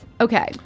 Okay